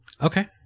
Okay